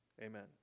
amen